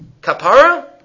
Kapara